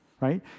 Right